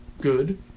good